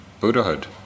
Buddhahood